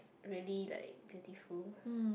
really like beautiful